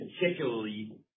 particularly